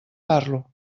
parlo